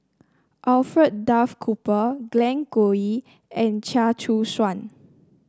Alfred Duff Cooper Glen Goei and Chia Choo Suan